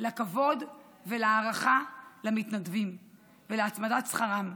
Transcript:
לכבוד ולהערכה למתנדבים ולהצמדת שכרם.